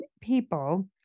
people